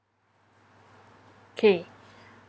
okay